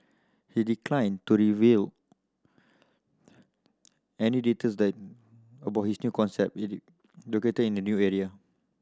he declined to reveal any details that about his new concept it located in a new area